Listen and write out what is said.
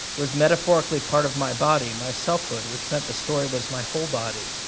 was metaphorically part of my body, my selfhood, which meant the story was my whole body.